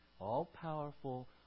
all-powerful